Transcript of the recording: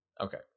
Okay